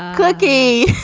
cookie